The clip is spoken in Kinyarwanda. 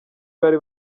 bari